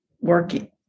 working